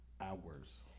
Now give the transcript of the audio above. hours